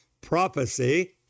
prophecy